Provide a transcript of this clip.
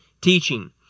teaching